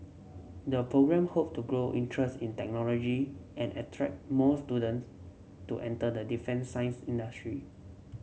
the programme hope to grow interest in technology and attract more students to enter the defence science industry